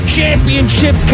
Championship